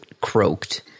croaked